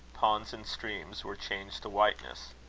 ponds and streams, were changed to whiteness.